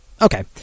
Okay